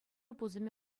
пусӑмӗ